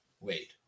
Wait